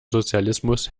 sozialismus